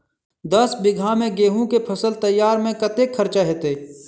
दस बीघा मे गेंहूँ केँ फसल तैयार मे कतेक खर्चा हेतइ?